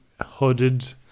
hooded